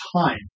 time